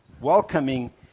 welcoming